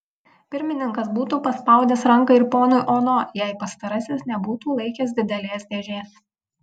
pirmininkas būtų paspaudęs ranką ir ponui ono jei pastarasis nebūtų laikęs didelės dėžės